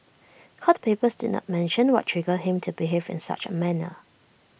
court papers did not mention what triggered him to behave in such A manner